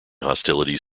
hostilities